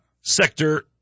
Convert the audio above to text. Sector